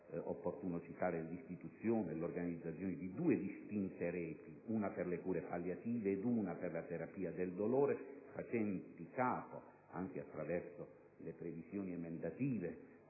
opportuno citare l'istituzione e l'organizzazione di due distinte reti, una per le cure palliative e una per la terapia del dolore, facenti capo (anche attraverso le previsioni emendative,